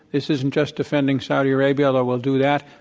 this isn't just defending saudi arabia, although we'll do that.